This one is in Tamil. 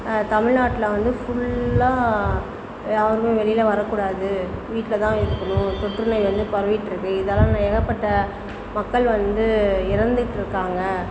தமிழ்நாட்டில் வந்து ஃபுல்லாக யாருமே வெளியில் வர கூடாது வீட்டில் தான் இருக்கணும் தொற்று நோய் வந்து பரவிகிட்டு இருக்கு இதால் ஏகப்பட்ட மக்கள் வந்து இறந்துகிட்டு இருக்காங்க